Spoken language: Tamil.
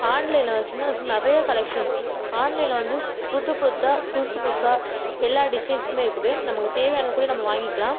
ஆன்லைனில் நிறைய கலெக்ஷன்ஸ் ஆன்லைனில் வந்து புது புது புதுசு புதுசாக எல்லா டிசைன்சுமே இருக்குது நமக்கு தேவையானதை கூட நம்ம வாங்கிக்கலாம்